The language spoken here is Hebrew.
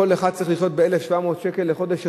כל אחד צריך לחיות ב-1,700 שקל לחודש,